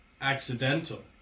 accidental